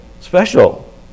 Special